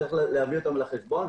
צריך להביא אותם בחשבון.